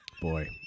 Boy